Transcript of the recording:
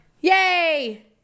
Yay